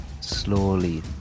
slowly